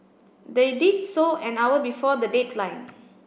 they did so an hour before the deadline